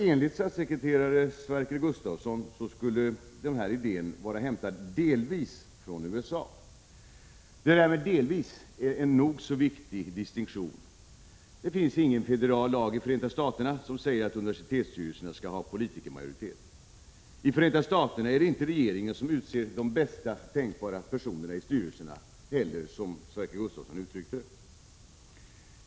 Enligt statssekreterare Sverker Gustavsson skulle denna idé vara hämtad delvis från USA. Det där med ”delvis” är en nog så viktig distinktion. Det finns ingen federal lag i Förenta Staterna som säger att universitetsstyrelserna skall ha politikermajoritet. I Förenta Staterna är det inte regeringen som utser de bästa tänkbara personerna i styrelserna, som Sverker Gustavsson uttryckte det.